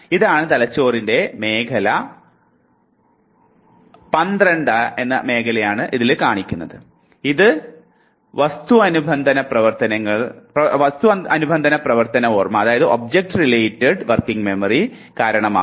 ഇതാണ് തലച്ചോറിൻറെ മേഖല പന്ത്രണ്ട് ഇത് വസ്തു അനുബന്ധ പ്രവർത്തന ഓർമ്മക്ക് കാരണമാകുന്നു